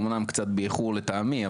אמנם קצת באיחור לטעמי,